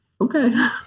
okay